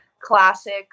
classic